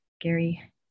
Gary